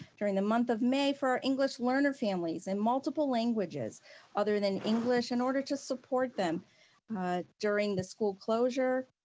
during the month of may for our english learner families and multiple languages other than english, in order to support them during the school closure,